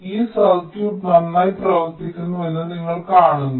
അതിനാൽ ഈ സർക്യൂട്ട് നന്നായി പ്രവർത്തിക്കുന്നുവെന്ന് നിങ്ങൾ കാണുന്നു